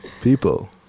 people